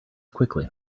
quickly